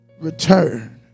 return